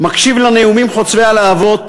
מקשיב לנאומים חוצבי הלהבות,